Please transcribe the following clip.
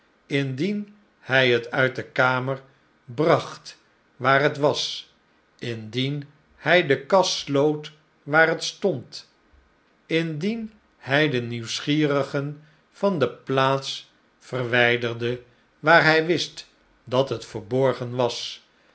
indien hij het uit de kamer bracht waar het was indien hij de kas sloot waar het stond indien hij de nieuwsgierigen van de plaats verwijderde waar hij wist dat het yerborgen was